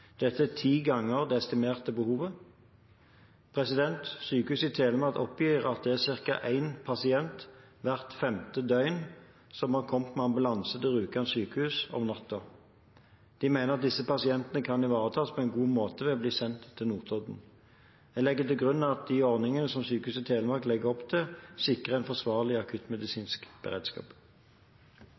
Dette er ti ganger det estimerte behovet. Sykehuset Telemark oppgir at det er ca. én pasient hvert femte døgn som har kommet med ambulanse til Rjukan sykehus om natta. De mener at disse pasientene kan ivaretas på en god måte ved å bli sendt til Notodden. Jeg legger til grunn at de ordninger som Sykehuset Telemark legger opp til, sikrer en forsvarlig akuttmedisinsk beredskap.